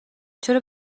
چرا